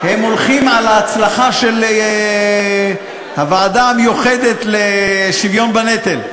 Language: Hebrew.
הם הולכים על ההצלחה של הוועדה המיוחדת לשוויון בנטל.